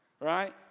right